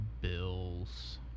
bills